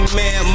man